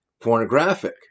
pornographic